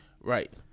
Right